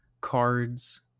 cards